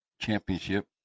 championship